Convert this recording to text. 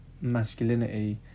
masculinity